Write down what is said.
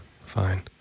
Fine